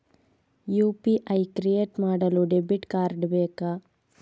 UPI create ಮಾಡಲು debit card ಬೇಕಾ?